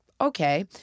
okay –